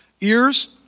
Ears